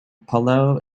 palau